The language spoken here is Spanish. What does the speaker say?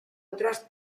otras